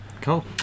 Cool